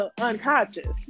unconscious